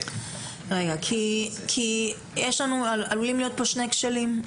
כי יש לנו, עלולים להיות פה שני כשלים.